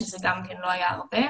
שזה גם כן לא היה הרבה,